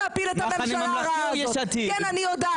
כן, אני יודעת את זה.